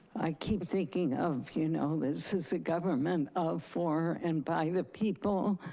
i keep thinking of, you know, this is a government of, for and by the people,